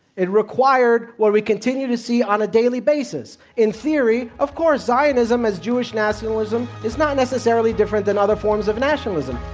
it required where we continue to see on a daily basis. in theory, of course, zionism, as jewish nationalism, is not necessarily different than other forms of nationalism.